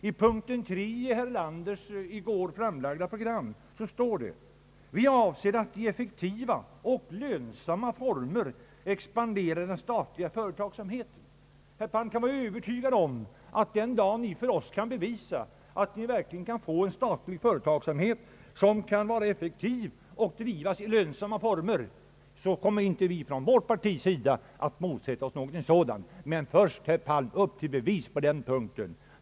I punkten 3 i herr Erlanders i går framlagda program står det: »Vi avser att i effektiva och lönsamma former expandera den statliga företagsamheten.» Herr Palm kan vara övertygad om att den dag ni för oss kan bevisa att ni verkligen kan få till stånd en statlig företagsamhet som är effektiv och som drivs i lönsamma former kommer inte vi från vårt partis sida att motsätta oss någonting sådant. Men först herr Palm: Upp till bevis på den punkten!